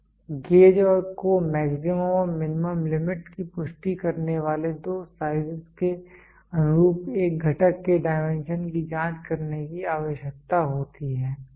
gauge को maximum और minimum limit की पुष्टि करने वाले दो साइजेस के अनुरूप एक घटक के डायमेंशन की जांच करने की आवश्यकता होती है